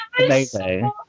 amazing